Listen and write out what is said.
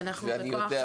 ואני יודע,